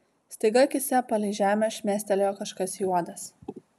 staiga akyse palei žemę šmėstelėjo kažkas juodas